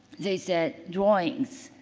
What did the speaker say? they said, drawings.